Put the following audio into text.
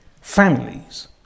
families